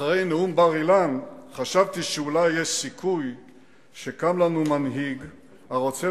אחרי נאום בר-אילן חשבתי שאולי יש סיכוי שקם לנו מנהיג הרוצה